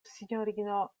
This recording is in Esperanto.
sinjorino